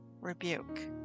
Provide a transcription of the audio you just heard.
rebuke